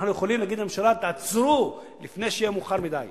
אנחנו יכולים להגיד לממשלה: תעצרו לפני שיהיה מאוחר מדי.